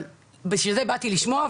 ובגלל זה באתי לשמוע,